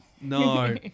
No